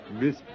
Miss